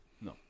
no